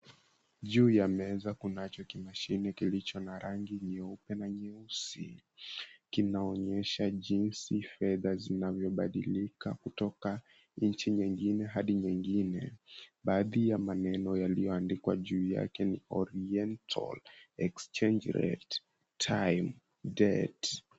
Juu ya meza kunacho kimashine kilicho na rangi ya nyeupe na nyeusi, kinaonyesha jinsi fedha zinavyobadilika kutoka nchi nyingine hadi nyingine baadhi ya maneno yaliyoandikwa juu yake ni oriental, exchange rate, time, date.